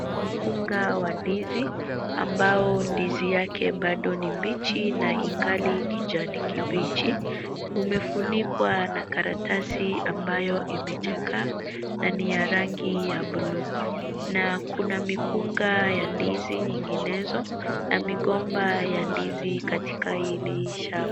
Mkunga wa ndizi ambao ndizi yake bado ni mbichi na ingali kijani kibichi. Umefunikwa na karatasi ambayo imechakaa na ni ya rangi ya buluu, na kuna mikunga ya ndizi nyinginezo na migomba ya ndizi katika hili shamba.